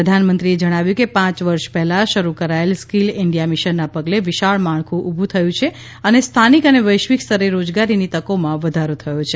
પ્રધાનમંત્રીએ જણાવ્યું કે પાંચ વર્ષ પહેલા શરૂ કરાયેલ સ્કીલ ઈન્ડિયા મિશનના પગલે વિશાળ માળખું ઉભું થયું છે અને સ્થાનિક અને વૈશ્વિક સ્તરે રોજગારની તકોમાં વધારો થયો છે